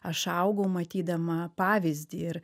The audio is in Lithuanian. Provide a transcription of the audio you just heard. aš augau matydama pavyzdį ir